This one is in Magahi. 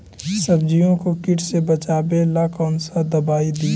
सब्जियों को किट से बचाबेला कौन सा दबाई दीए?